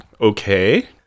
Okay